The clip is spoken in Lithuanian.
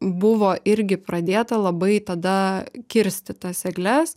buvo irgi pradėta labai tada kirsti tas egles